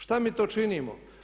Šta mi to činimo?